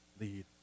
lead